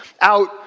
out